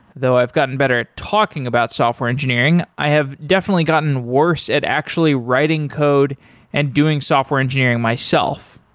though i've gotten better at talking about software engineering, i have definitely gotten worse at actually writing code and doing software engineering myself.